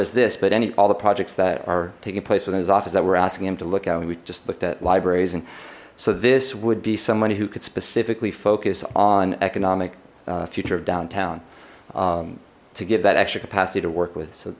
this but any all the projects that are taking place within his office that we're asking him to look at we just looked at libraries and so this would be someone who could specifically focus on economic future of downtown to give that extra capacity to work with so